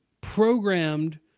programmed